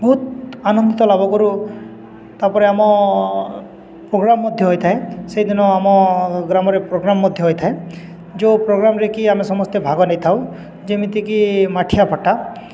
ବହୁତ ଆନନ୍ଦିତ ଲାଭ କରୁ ତାପରେ ଆମ ପ୍ରୋଗ୍ରାମ୍ ମଧ୍ୟ ହୋଇଥାଏ ସେଇଦିନ ଆମ ଗ୍ରାମରେ ପ୍ରୋଗ୍ରାମ୍ ମଧ୍ୟ ହୋଇଥାଏ ଯେଉଁ ପ୍ରୋଗ୍ରାମ୍ରେ କିି ଆମେ ସମସ୍ତେ ଭାଗ ନେଇଥାଉ ଯେମିତିକି ମାଠିଆ ଫଟା